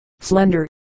slender